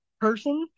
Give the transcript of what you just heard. person